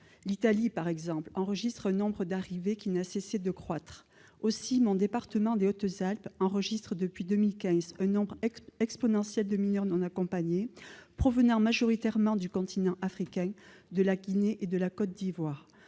L'Italie, par exemple, enregistre un nombre d'arrivées qui n'a cessé de croître. Mon département, les Hautes-Alpes, enregistre depuis 2015 un nombre exponentiel de mineurs non accompagnés provenant majoritairement du continent africain, de la Guinée et de la Côte d'Ivoire.